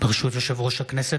ברשות יושב-ראש הכנסת,